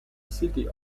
city